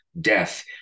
death